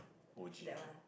O_G you know